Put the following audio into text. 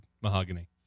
mahogany